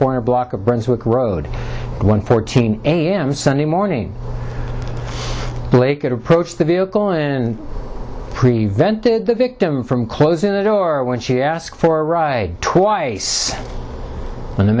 a block of brunswick road one fourteen a m sunday morning blake approached the vehicle and prevented the victim from closing the door when she asked for a ride twice when the